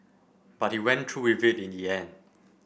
but he went through with it in the end